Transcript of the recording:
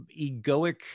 egoic